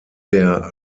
der